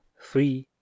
three